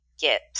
get